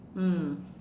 mm